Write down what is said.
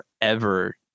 forever